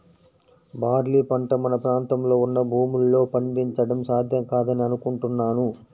barley పంట మన ప్రాంతంలో ఉన్న భూముల్లో పండించడం సాధ్యం కాదని అనుకుంటున్నాను